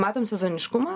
matom sezoniškumą